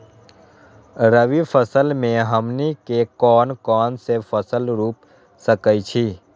रबी फसल में हमनी के कौन कौन से फसल रूप सकैछि?